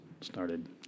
started